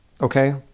okay